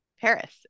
Paris